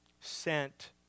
sent